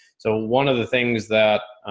so one of the things that,